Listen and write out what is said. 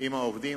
עם העובדים.